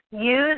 use